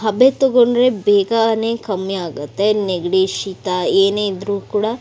ಹಬೆ ತೊಗೊಂಡರೆ ಬೇಗನೆ ಕಮ್ಮಿ ಆಗುತ್ತೆ ನೆಗಡಿ ಶೀತ ಏನೇ ಇದ್ದರೂ ಕೂಡ